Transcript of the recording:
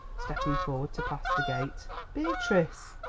stepping forward to pass the gate. beatrice!